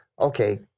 okay